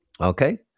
Okay